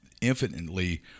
infinitely